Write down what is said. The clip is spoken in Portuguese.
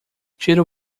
tiro